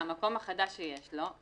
מהמקום החדש שיש לו,